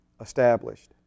established